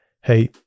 hey